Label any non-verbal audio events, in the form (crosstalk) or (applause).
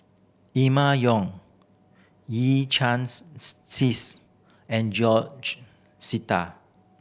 Emma Yong Yee Chia (unintelligible) Hsing and George Sita